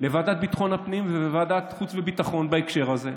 לוועדת ביטחון הפנים ולוועדת החוץ והביטחון בהקשר הזה.